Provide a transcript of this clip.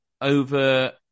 over